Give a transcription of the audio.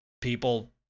people